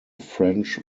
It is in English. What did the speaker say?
french